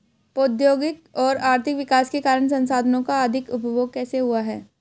प्रौद्योगिक और आर्थिक विकास के कारण संसाधानों का अधिक उपभोग कैसे हुआ है?